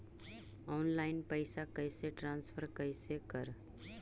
Online पैसा कैसे transfer कैसे कर?